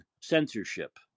censorship